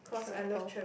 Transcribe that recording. travel